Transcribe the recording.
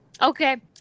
Okay